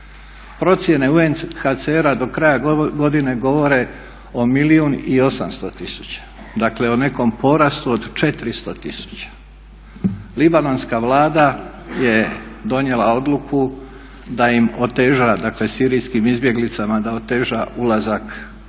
Procjene UNHCR-a do kraja godine govore o 1 milijun i 800 tisuća, dakle o nekom porastu od 400 tisuća. Libanonska vlada je donijela odluku da im oteža, dakle sirijskim izbjeglicama da oteža ulazak u